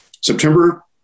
September